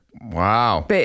Wow